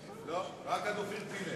לא, רק עד אופיר פינס.